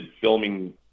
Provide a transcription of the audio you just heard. filming